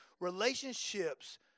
relationships